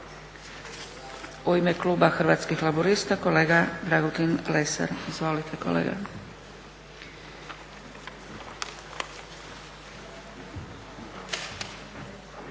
U ime kluba Hrvatskih laburista kolega Dragutin Lesar. Izvolite kolega.